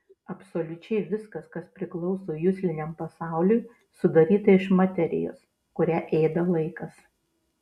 absoliučiai viskas kas priklauso jusliniam pasauliui sudaryta iš materijos kurią ėda laikas